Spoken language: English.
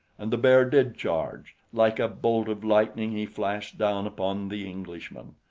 and the bear did charge. like a bolt of lightning he flashed down upon the englishman.